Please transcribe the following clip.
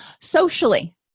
Socially